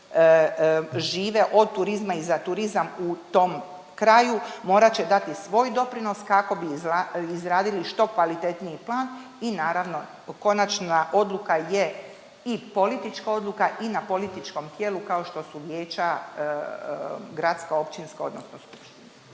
koji žive od turizma i za turizam u tom kraju morat će dati svoj doprinos kako bi izradili što kvalitetniji plan i naravno konačna odluka je i politička odluka i na političkom tijelu kao što su vijeća gradska, općinska odnosno …/Govornica